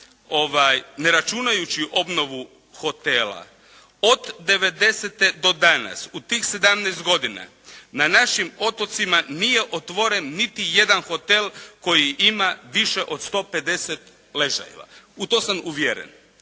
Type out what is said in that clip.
ne računajući obnovu hotela od '90. do danas u tih sedamnaest godina na našim otocima nije otvoren niti jedan hotel koji ima više od sto pedeset ležajeva, u to sam uvjeren.